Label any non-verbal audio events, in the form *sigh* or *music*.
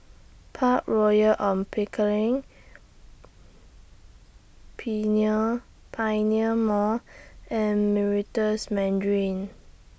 Park Royal on Pickering *unintelligible* Pioneer Mall and Meritus Mandarin